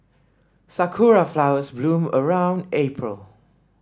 sakura flowers bloom around April